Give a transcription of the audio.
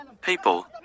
People